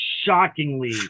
shockingly